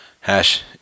Hash